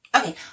Okay